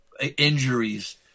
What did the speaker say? injuries